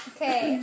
Okay